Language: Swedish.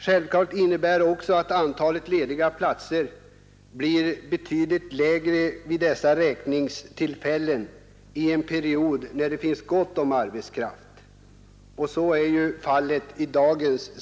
Självfallet innebär det att antalet lediga platser blir betydligt lägre vid dessa räkningstillfällen under en period när det finns gott om arbetskraft. Så är fallet i dag.